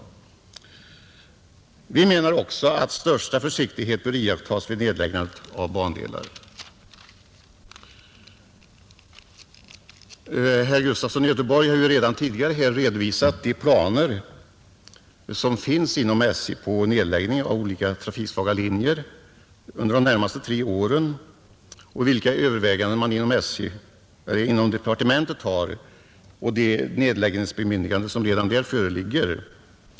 Vi anser vidare att största möjliga försiktighet bör iakttas vid nedläggandet av bandelar. Herr Gustafson i Göteborg har redan redogjort för SJ:s planer på nedläggning av olika trafiksvaga linjer under de närmaste tre åren liksom för övervägandena inom departementet och de nedläggningsbemyndiganden som redan föreligger.